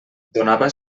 donava